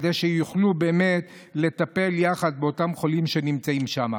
כדי שיוכלו באמת לטפל יחד באותם חולים שנמצאים שם.